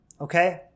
Okay